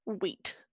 wheat